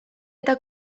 eta